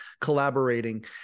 collaborating